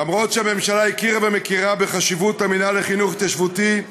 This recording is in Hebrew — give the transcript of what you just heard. למרות שהממשלה הכירה ומכירה בחשיבות המינהל לחינוך התיישבותי,